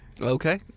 Okay